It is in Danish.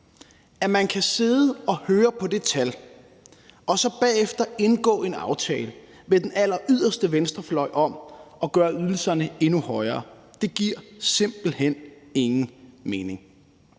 At man kan sidde og høre på det tal og så bagefter indgå en aftale med den alleryderste venstrefløj om at gøre ydelserne endnu højere, giver simpelt hen ingen mening,